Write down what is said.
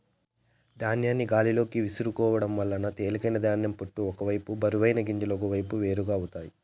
ధాన్యాన్ని గాలిలోకి విసురుకోవడం వల్ల తేలికైన ధాన్యం పొట్టు ఒక వైపు బరువైన గింజలు ఒకవైపు వేరు అవుతాయి